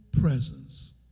presence